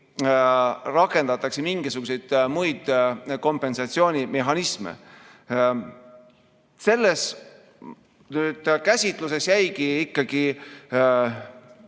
rakendatakse mingisuguseid muid kompensatsioonimehhanisme. Selles käsitluses jäi